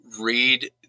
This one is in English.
read